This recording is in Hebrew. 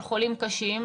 של חולים קשים,